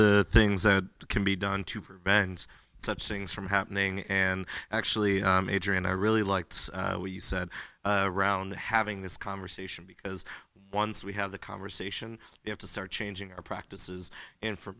the things that can be done to prevent such things from happening and actually major and i really liked what you said around having this conversation because once we have the conversation you have to start changing our practices and for